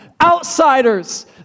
outsiders